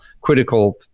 critical